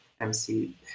MC